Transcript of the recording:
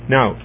Now